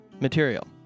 material